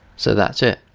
so that's it.